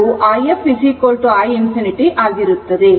ಹಾಗೂ if i infinity ಆಗಿರುತ್ತದೆ